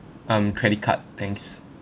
um credit card thanks